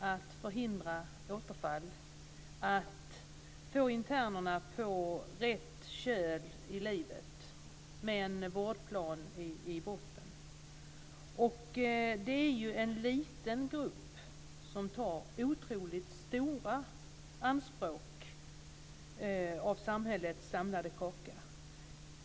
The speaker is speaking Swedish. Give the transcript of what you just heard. att förhindra återfall, att få internerna på rätt köl i livet med en vårdplan i botten. Detta är ju en liten grupp som gör otroligt stora anspråk på samhällets samlade kaka.